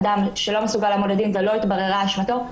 אדם שלא מסוגל לעמוד לדן ולא התבררה אשמתו,